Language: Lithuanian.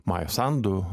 maja sandu